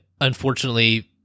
unfortunately